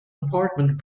apartment